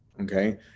Okay